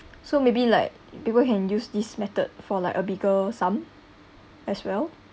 so maybe like people can use this method for like a bigger sum as well